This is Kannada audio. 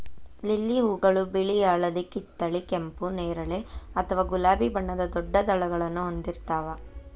ಲಿಲ್ಲಿ ಹೂಗಳು ಬಿಳಿ, ಹಳದಿ, ಕಿತ್ತಳೆ, ಕೆಂಪು, ನೇರಳೆ ಅಥವಾ ಗುಲಾಬಿ ಬಣ್ಣದ ದೊಡ್ಡ ದಳಗಳನ್ನ ಹೊಂದಿರ್ತಾವ